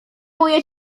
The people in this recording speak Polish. moje